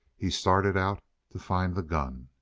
he started out to find the gun.